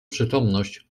przytomność